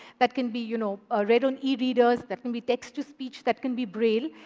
that can be you know ah read on e-readers, that can be text-to-speech, that can be braille.